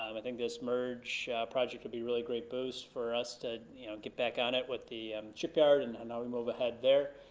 um i think this merge project will be a really great boost for us to get back on it with the shipyard, and and how we move ahead there.